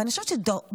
ואני חושבת שדרושה,